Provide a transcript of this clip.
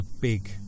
big